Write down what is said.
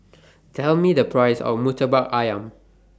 Tell Me The Price of Murtabak Ayam